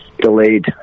delayed